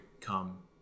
come